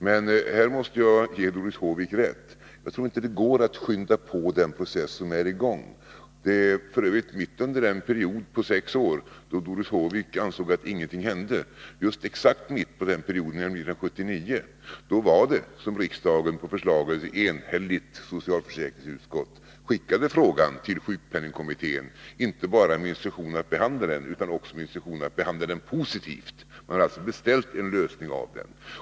Men här måste jag ändå ge Doris Håvik rätt: jag tror inte att det går att skynda på denna process när den är i gång. Det var f. ö. mitt under den period på sex år då Doris Håvik ansåg att ingenting hände — exakt mitt i den perioden, nämligen 1979 — som riksdagen, på förslag av ett enhälligt socialförsäkringsutskott, skickade frågan till sjukpenningkommittén, inte bara med instruktionen att behandla den utan också med instruktionen att behandla den positivt. Man har alltså beställt en lösning av frågan.